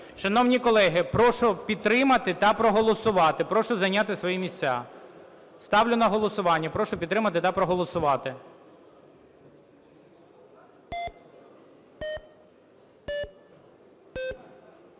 Шановні колеги, прошу підтримати та проголосувати. Прошу зайняти свої місця. Ставлю на голосування. Прошу підтримати та проголосувати.